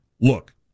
Look